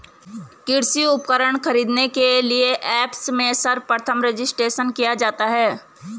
कृषि उपकरण खरीदने के लिए ऐप्स में सर्वप्रथम रजिस्ट्रेशन किया जाता है